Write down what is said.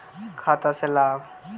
खाता से लाभ?